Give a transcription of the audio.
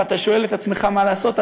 ואתה שואל את עצמך מה לעשות,